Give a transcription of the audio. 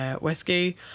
whiskey